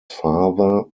father